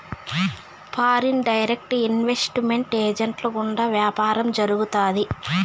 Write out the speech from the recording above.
foreign direct investment ఏజెంట్ల గుండా వ్యాపారం జరుగుతాది